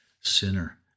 sinner